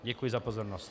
Děkuji za pozornost.